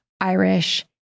Irish